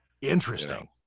Interesting